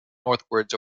northwards